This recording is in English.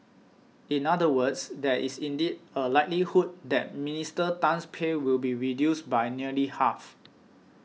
in other words there is indeed a likelihood that Minister Tan's pay will be reduced by nearly half